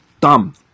dumb